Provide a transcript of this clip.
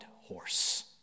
horse